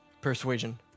persuasion